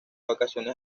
vacaciones